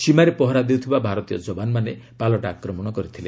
ସୀମାରେ ପହରା ଦେଉଥିବା ଭାରତୀୟ ଯବାନମାନେ ପାଲଟା ଆକ୍ରମଣ କରିଥିଲେ